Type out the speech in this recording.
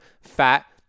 fat